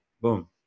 boom